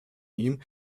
ihm